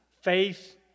faith